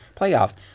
playoffs